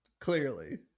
Clearly